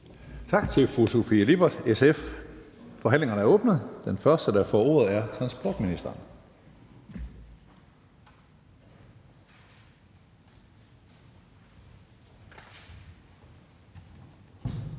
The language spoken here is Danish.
Tak til fru Sofie Lippert, SF. Forhandlingerne er åbnet, og den første, der får ordet, er transportministeren.